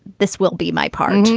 this will be my part. and